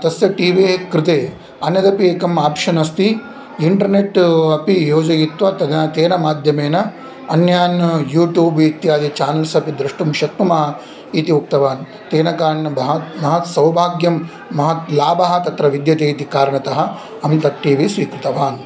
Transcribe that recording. तस्य टिवेः कृते अन्यदपि एकम् आप्शन् अस्ति इण्टर्नेट् अपि योजयित्वा तदा तेन माध्यमेन अन्यान् यूटूब् इत्यादि चानल्स् अपि द्रष्टुं शक्नुमः इति उक्तवान् तेन कारणेन महत् महत् सौभाग्यं महत् लाभः तत्र विद्यते इति कारणतः अहं तद् टिवि स्वीकृतवान्